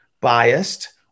biased